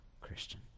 Christian